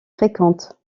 fréquente